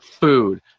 food